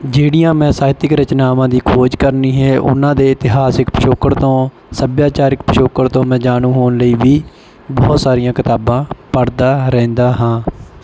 ਜਿਹੜੀਆਂ ਮੈਂ ਸਾਹਿਤਿਕ ਰਚਨਾਵਾਂ ਦੀ ਖੋਜ ਕਰਨੀ ਹੈ ਉਹਨਾਂ ਦੇ ਇਤਿਹਾਸਿਕ ਪਿਛੋਕੜ ਤੋਂ ਸੱਭਿਆਚਾਰਿਕ ਪਿਛੋਕੜ ਤੋਂ ਮੈਂ ਜਾਣੂ ਹੋਣ ਲਈ ਵੀ ਬਹੁਤ ਸਾਰੀਆਂ ਕਿਤਾਬਾਂ ਪੜ੍ਹਦਾ ਰਹਿੰਦਾ ਹਾਂ